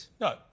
No